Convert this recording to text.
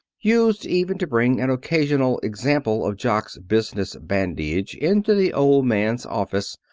used even to bring an occasional example of jock's business badinage into the old man's office,